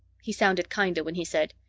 he sounded kinder when he said,